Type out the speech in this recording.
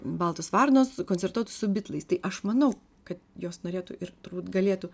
baltos varnos koncertuotų su bitlais tai aš manau kad jos norėtų ir turbūt galėtų